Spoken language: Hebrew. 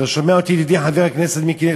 אתה שומע אותי, ידידי, חבר הכנסת מיקי?